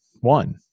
One